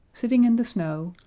sitting in the snow,